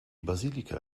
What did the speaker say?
basilika